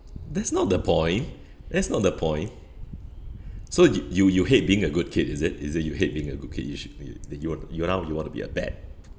that's not the point that's not the point so you you hate being a good kid is it is it you hate being a good kid you should be that you're you're now you want to be a bad